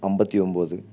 ஐம்பத்தி ஒம்பது